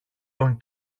τον